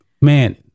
man